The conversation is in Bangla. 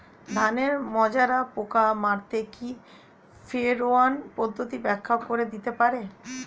ধানের মাজরা পোকা মারতে কি ফেরোয়ান পদ্ধতি ব্যাখ্যা করে দিতে পারে?